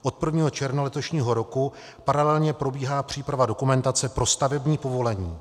Od 1. června letošního roku paralelně probíhá příprava dokumentace pro stavební povolení.